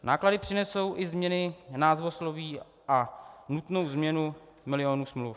Náklady přinesou i změny v názvosloví a nutná změna milionů smluv.